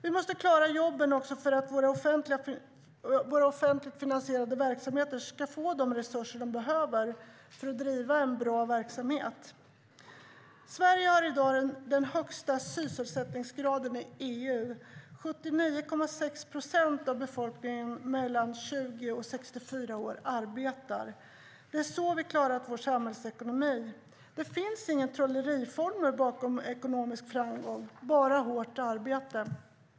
Vi måste också klara jobben för att våra offentligt finansierade verksamheter ska få de resurser de behöver för att driva en bra verksamhet. Sverige har i dag den högsta sysselsättningsgraden i EU. 79,6 procent av befolkningen mellan 20 och 64 år arbetar. Det är så vi har klarat vår samhällsekonomi. Det finns ingen trollformel bakom ekonomisk framgång, bara hårt arbete.